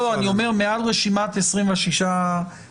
לא, אני אומר מעל רשימת 26 השמות.